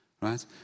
Right